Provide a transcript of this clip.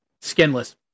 skinless